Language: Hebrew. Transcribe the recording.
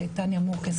ותניה מורקס,